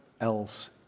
else